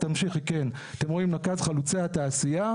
אתם רואים נקז חלוצי התעשייה,